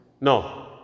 No